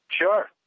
Sure